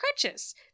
crutches